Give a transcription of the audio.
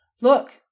Look